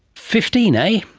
fifteen ay?